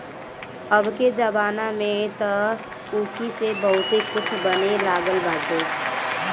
अबके जमाना में तअ ऊखी से बहुते कुछ बने लागल बाटे